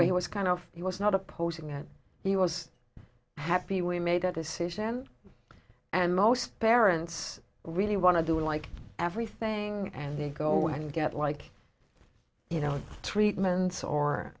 he was kind of he was not opposing that he was happy we made a decision and most parents really want to do like everything and they go and get like you know treatments or